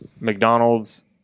McDonald's